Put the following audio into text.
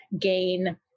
gain